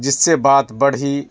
جس سے بات بڑھی